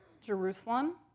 Jerusalem